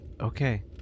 Okay